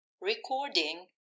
Recording